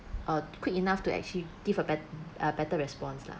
uh quick enough to actually give a bett~ ah better response lah